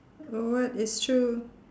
oh what it's true